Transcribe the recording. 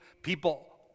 People